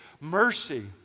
mercy